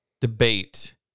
debate